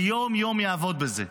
לא עובד בזה יום-יום,